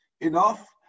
enough